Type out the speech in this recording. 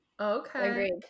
okay